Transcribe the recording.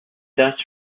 thus